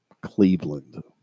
Cleveland